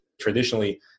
traditionally